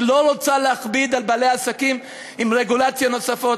שלא רוצה להכביד על בעלי עסקים עם רגולציות נוספות.